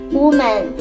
woman